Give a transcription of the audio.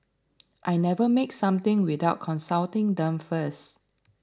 I never make something without consulting them first